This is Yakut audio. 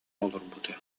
олорбута